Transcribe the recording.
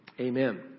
Amen